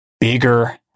bigger